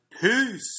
peace